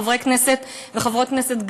חברי כנסת וחברות כנסת,